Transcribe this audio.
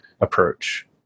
approach